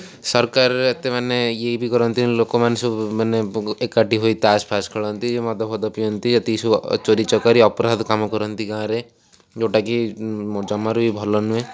ସରକାର ଏତେ ମାନେ ଇଏ ବି କରନ୍ତିନି ଲୋକମାନେ ସବୁ ମାନେ ଏକାଠି ହୋଇ ତାସ୍ ଫାସ୍ ଖେଳନ୍ତି ମଦ ଫଦ ପିଅନ୍ତି ଯଦି ସବୁ ଚୋରି ଚକାରୀ ଅପରାଦ କାମ କରନ୍ତି ଗାଁରେ ଯେଉଁଟା କି ଜମାରୁ ବି ଭଲ ନୁହେଁ